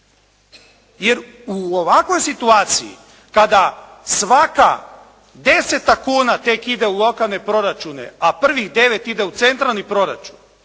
jer u ovakvoj situaciji kada svaka deseta kuna tek ide u lokalne proračune, a prvih devet ide u centralni proračun,